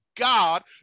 God